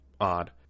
odd